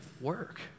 work